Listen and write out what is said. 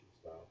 style